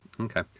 Okay